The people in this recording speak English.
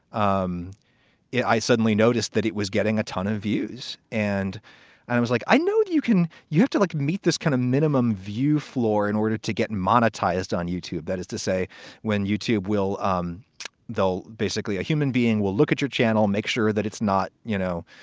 um i suddenly noticed that it was getting a ton of views and and i was like, i know. do you, can you have to like meet this kind of minimum view floor in order to get monetized on youtube. that is to say when youtube will um they'll basically a human being will look at your channel, make sure that it's not, you know,